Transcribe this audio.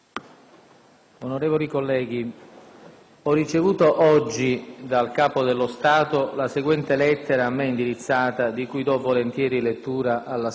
Onorevolicolleghi, ho ricevuto oggi dal Capo dello Stato la seguente lettera a me indirizzata, di cui do volentieri lettura all'Assemblea: